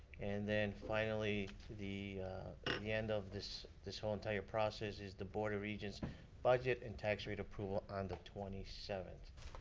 and then, finally, the the end of this this whole entire process is the board of regents budget and tax rate approval on the twenty seventh.